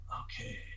Okay